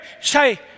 say